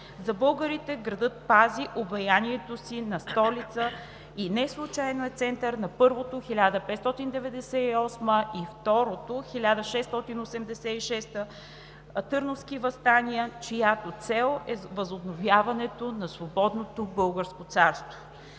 За българите градът пази обаянието си на столица и неслучайно е център на Първото – 1598 г., и Второто – 1686 г., търновски въстания, чиято цел е възобновяване на свободното Българско царство.